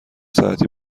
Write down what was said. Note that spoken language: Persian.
ساعتی